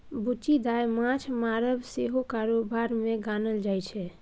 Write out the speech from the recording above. बुच्ची दाय माँछ मारब सेहो कारोबार मे गानल जाइ छै